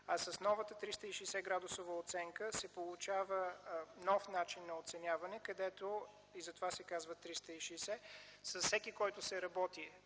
С новата 360-градусова оценка се получава нов начин на оценяване, и затова се казва 360, с всеки, който се работи